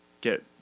get –